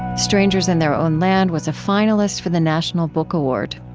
strangers in their own land was a finalist for the national book award.